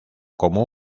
como